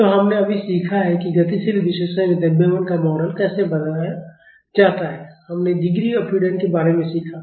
तो हमने अभी सीखा कि गतिशील विश्लेषण में द्रव्यमान का मॉडल कैसे बनाया जाता है हमने डिग्री ऑफ फ्रीडम के बारे में सीखा